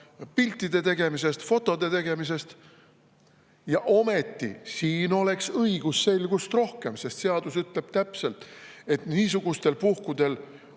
piltide tegemisega, fotode tegemisega. Ja siin oleks õigusselgust rohkem, sest seadus ütleb täpselt, et niisugustel puhkudel